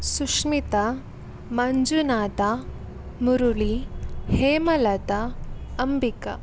Sushmita Manjunath Murali Hemalatha Ambika